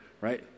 right